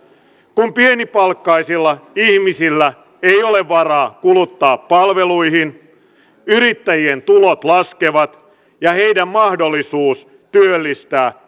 kun pienipalkkaisilla ihmisillä ei ole varaa kuluttaa palveluihin yrittäjien tulot laskevat ja heidän mahdollisuutensa työllistää